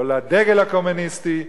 או לדגל הקומוניסטי.